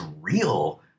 real